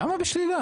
למה בשלילה?